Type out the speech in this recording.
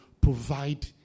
provide